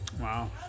Wow